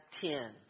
ten